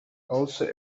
also